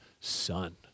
Son